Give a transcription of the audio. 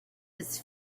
his